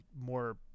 more